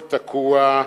הכול תקוע,